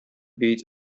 beat